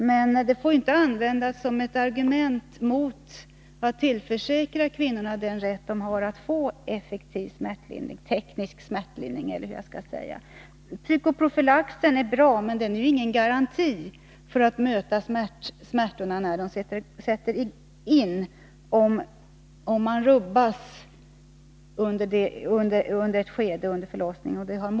Men det får inte användas som ett argument mot att tillförsäkra kvinnorna den rätt de har att få effektiv teknisk smärtlindring. Psykoprofylaxen är bra, men den är ingen garanti för att smärtorna kan mötas när de sätter in i ett skede där kvinnans balans har rubbats.